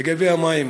לגבי המים: